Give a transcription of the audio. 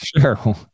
Sure